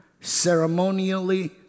Ceremonially